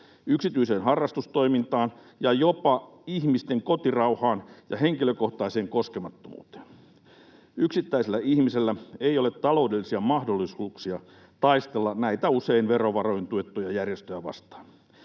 yksityiseen harrastustoimintaan ja jopa ihmisten kotirauhaan ja henkilökohtaiseen koskemattomuuteen. Yksittäisellä ihmisellä ei ole taloudellisia mahdollisuuksia taistella näitä usein verovaroin tuettuja järjestöjä vastaan.